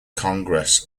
congress